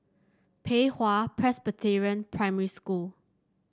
Pei Hwa Presbyterian Primary School